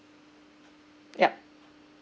yup